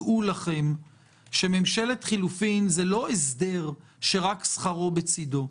דעו לכם שממשלת חילופים זה לא הסדר שרק שכרו בצדו,